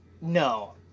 No